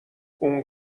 اون